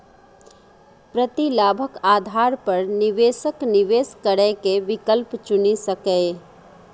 प्रतिलाभक आधार पर निवेशक निवेश करै के विकल्प चुनि सकैए